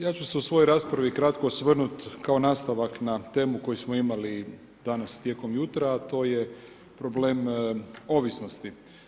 Ja ću se u svojoj raspravi, kratko osvrnuti, kao nastavak na temu koju smo imali, danas tijekom jutra, a to je problem ovisnosti.